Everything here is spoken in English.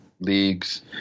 leagues